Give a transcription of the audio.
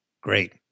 Great